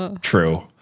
True